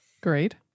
Great